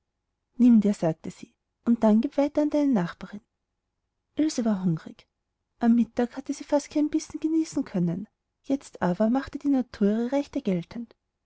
nimm dir sagte sie und gieb dann weiter an deine nachbarin ilse war hungrig am mittag hatte sie fast keinen bissen genießen können jetzt aber machte die natur ihre rechte geltend